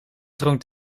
dronk